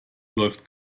läuft